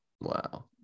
Wow